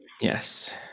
Yes